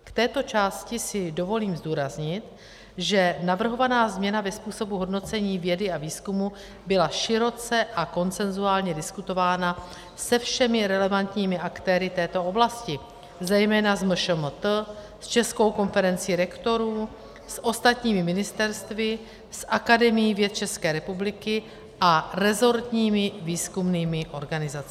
K této části si dovolím zdůraznit, že navrhovaná změna ve způsobu hodnocení vědy a výzkumu byla široce a konsenzuálně diskutována se všemi relevantními aktéry této oblasti, zejména s MŠMT, s Českou konferencí rektorů, s ostatními ministerstvy, s Akademií věd České republiky a resortními výzkumnými organizacemi.